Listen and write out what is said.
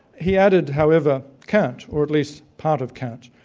he added however, kant, or at least part of kant.